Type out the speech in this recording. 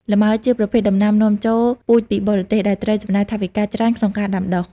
លម៉ើ ជាប្រភេទដំណាំនាំចូលពូជពីបរទេស ដែលត្រូវចំណាយថវិកាច្រើនក្នុងការដាំដុះ។